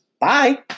Bye